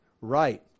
Right